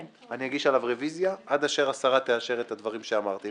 אני אגיש עליו רוויזיה עד אשר השרה תאשר את הדברים שאמרתי.